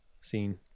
scene